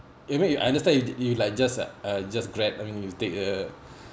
you mean you understand you did you like just uh just drag only you take uh